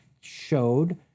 showed